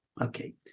Okay